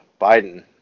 Biden